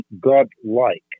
God-like